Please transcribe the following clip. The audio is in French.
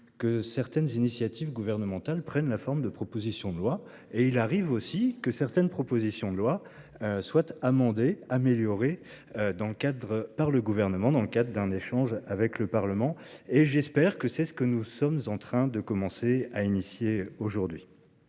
que certaines initiatives gouvernementales prennent la forme de propositions de loi. Souvent ! Il arrive encore que certaines propositions de loi soient amendées et améliorées par le Gouvernement dans le cadre d'un échange avec le Parlement. J'espère que c'est ce que nous sommes en train de commencer à faire.